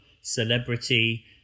celebrity